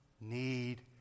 need